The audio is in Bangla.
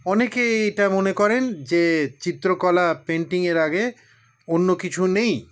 অনেকেই এটা মনে করেন যে চিত্রকলা পেন্টিংয়ের আগে অন্য কিছু নেই